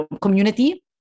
community